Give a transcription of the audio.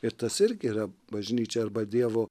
ir tas irgi yra bažnyčia arba dievo